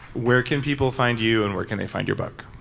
where can people find you and where can they find your book?